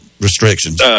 restrictions